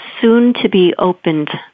soon-to-be-opened